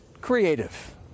creative